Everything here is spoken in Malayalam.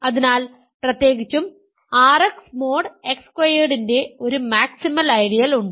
അതിനാൽ പ്രത്യേകിച്ചും RX മോഡ് X സ്ക്വയർഡിൻറെ ഒരു മാക്സിമൽ ഐഡിയൽ ഉണ്ട്